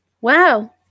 wow